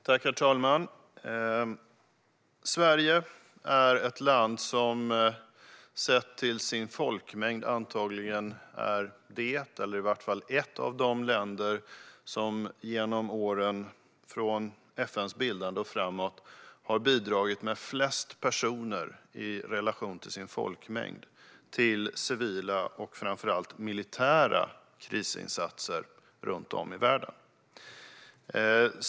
Herr talman! Sverige är antagligen det land eller i varje fall ett av de länder som sett till folkmängden har bidragit med flest personer till civila och framför allt militära krisinsatser runt om i världen från FN:s bildande och framåt.